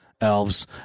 elves